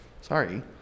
Sorry